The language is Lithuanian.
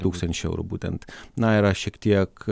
tūkstančių eurų būtent na yra šiek tiek